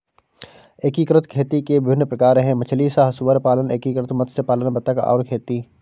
एकीकृत खेती के विभिन्न प्रकार हैं मछली सह सुअर पालन, एकीकृत मत्स्य पालन बतख और खेती